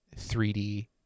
3D